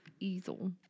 Easel